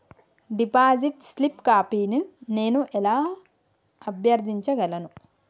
Deposit slip కాపీని నేను ఎలా అభ్యర్థించగలను?